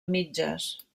mitges